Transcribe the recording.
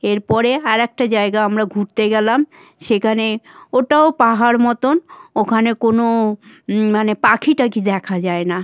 এরপরে আর একটা জায়গা আমরা ঘুরতে গেলাম সেখানে ওটাও পাহাড় মতন ওখানে কোনো মানে পাখি টাখি দেখা যায় না